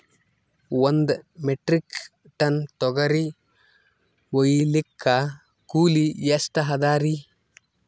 ಒಂದ್ metric tonne ತೊಗರಿ ಹೋಯಿಲಿಕ್ಕ ಕೂಲಿ ಎಷ್ಟ ಅದರೀ?